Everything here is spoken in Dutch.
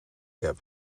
heb